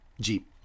Jeep